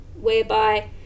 whereby